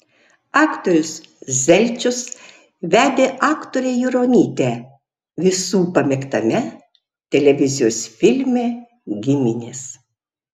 aktorius zelčius vedė aktorę juronytę visų pamėgtame televizijos filme giminės